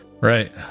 Right